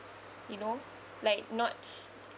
you know like not